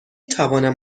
توانم